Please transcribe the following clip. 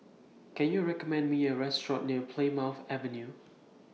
Can YOU recommend Me A Restaurant near Plymouth Avenue